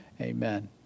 Amen